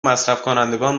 مصرفکنندگان